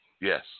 Yes